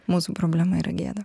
mūsų problema yra gėda